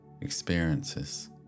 experiences